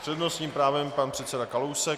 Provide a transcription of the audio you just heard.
S přednostním právem pan předseda Kalousek.